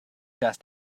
dust